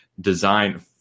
design